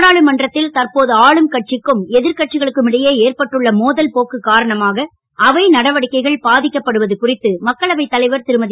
நாடாளுமன்றத்தில் தற்போது ஆளும் கட்சிக்கும் எதிர் கட்சிகளுக்கும் இடையே ஏற்பட்டுள்ள மோதல் போக்கு காரணமாக அவை நடவடிக்கைகள் பாதிக்கப்படுவது குறித்து மக்களவைத் தலைவர் திருமதி